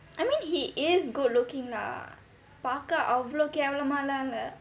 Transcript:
I mean he is good looking lah பாக்க அவ்வளவு கேவலமாலா இல்ல:paakka avvalavu kevalamaalaa illa